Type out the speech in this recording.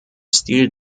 stil